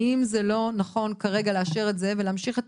האם זה לא נכון כרגע לאשר את זה ולהמשיך את